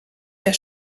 der